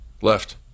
Left